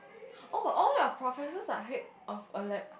oh all your professors are head of a lab